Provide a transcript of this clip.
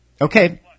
Okay